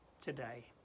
today